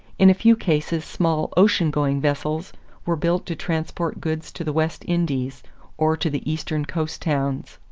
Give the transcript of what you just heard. in a few cases small ocean-going vessels were built to transport goods to the west indies or to the eastern coast towns.